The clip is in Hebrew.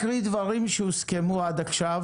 שמענו את נציגי הענף שמצביעים על הצורך.